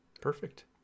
perfect